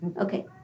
Okay